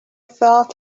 thought